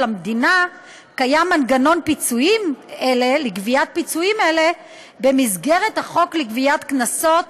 המדינה קיים מנגנון לגביית פיצויים אלה במסגרת החוק לגביית קנסות,